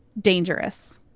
dangerous